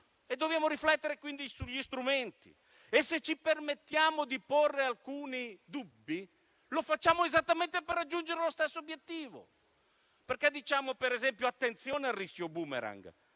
e dobbiamo riflettere sugli strumenti. E se ci permettiamo di porre alcuni dubbi, lo facciamo esattamente per raggiungere lo stesso obiettivo. Diciamo, per esempio, di fare attenzione al rischio *boomerang*,